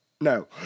No